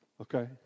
Okay